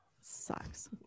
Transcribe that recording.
Sucks